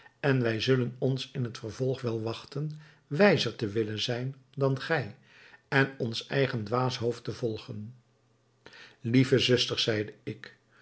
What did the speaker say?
en wij zullen ons in het vervolg wel wachten wijzer te willen zijn dan gij en ons eigen dwaas hoofd te volgen lieve zusters zeide ik